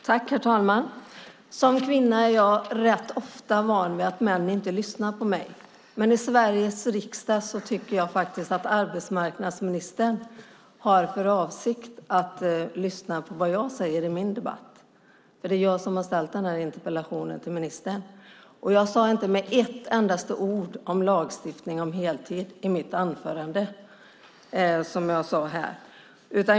Herr talman! Som kvinna är jag rätt van vid att män inte lyssnar på mig. Men i Sveriges riksdag tycker jag att arbetsmarknadsministern borde ha för avsikt att lyssna på vad jag säger i min debatt. Det är jag som har ställt denna interpellation till ministern. Jag sade inte ett endaste ord om lagstiftning om heltid i mitt anförande.